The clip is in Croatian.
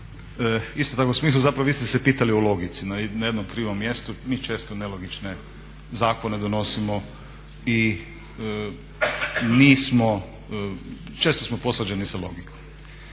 isto tako u smislu zapravo vi ste se pitali o logici na jednom krivom mjestu, mi često nelogične zakone donosimo i često smo posvađani sa logikom.